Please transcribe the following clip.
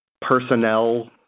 personnel